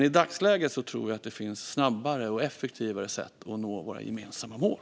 I dagsläget tror jag dock att det finns snabbare och effektivare sätt att nå våra gemensamma mål.